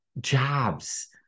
jobs